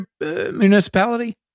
municipality